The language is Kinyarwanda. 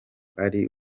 ari